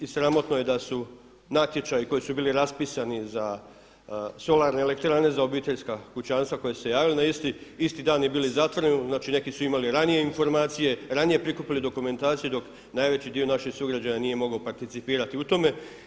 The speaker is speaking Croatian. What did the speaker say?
I sramotno je da su natječaji koji su bili raspisani za solarne elektrane, za obiteljska kućanstva koji su se javili na isti dan i bili zatvoreni, znači neki su imali ranije informacije, ranije prikupili dokumentaciju dok najveći dio naših sugrađana nije mogao participirati u tome.